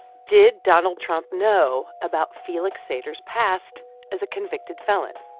did donald trump know about felix sater's past as a convicted felon?